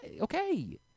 okay